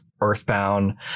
Earthbound